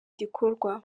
gikorwa